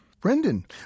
Brendan